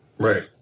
Right